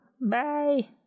Bye